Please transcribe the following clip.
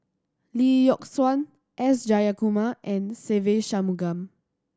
Lee Yock Suan S Jayakumar and Se Ve Shanmugam